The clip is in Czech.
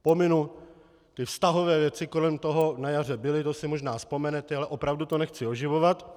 Pominu ty vztahové věci kolem toho, na jaře byly, to by si možná vzpomenete, ale opravdu to nechci oživovat.